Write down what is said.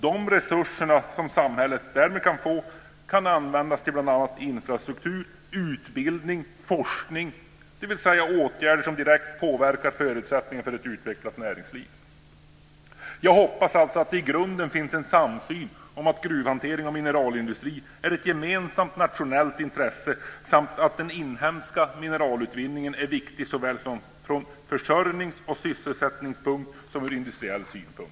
De resurser som samhället därmed får kan användas till bl.a. infrastruktur, utbildning och forskning, dvs. åtgärder som direkt påverkar förutsättningarna för ett utvecklat näringsliv. Jag hoppas alltså att det i grunden finns en samsyn om att gruvhantering och mineralindustri är ett gemensamt nationellt intresse samt att den inhemska mineralutvinningen är viktig såväl från försörjningsoch sysselsättningssynpunkt som från industriell synpunkt.